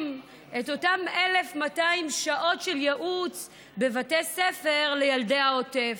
את אותן 1,200 שעות של ייעוץ בבתי ספר לילדי העוטף.